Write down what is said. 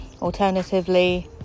Alternatively